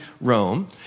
Rome